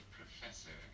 professor